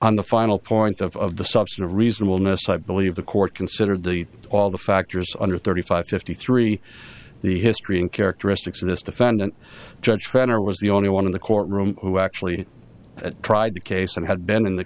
on the final point of the subset of reasonableness i believe the court considered the all the factors under thirty five fifty three the history and characteristics of this defendant judge friend or was the only one in the courtroom who actually tried the case and had been in the